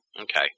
Okay